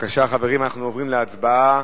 (תיקון מס' 16), התש"ע 2010, נתקבלה.